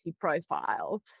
profile